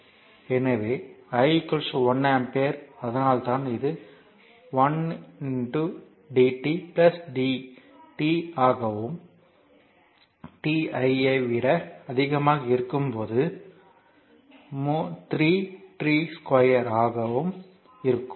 எனவே i 1 ampere அதனால்தான் இது 1 dt t ஆகவும் t ஐ விட அதிகமாக இருக்கும்போது 3 t2 ஆகவும் இருக்கும்